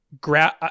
grab